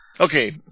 Okay